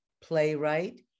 playwright